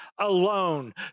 alone